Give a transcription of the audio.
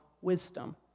wisdom